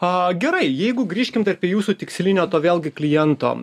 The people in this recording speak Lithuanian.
a gerai jeigu grįžkim tarp jūsų tikslinio to vėlgi kliento